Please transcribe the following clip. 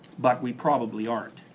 but we probably aren't.